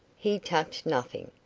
he touched nothing,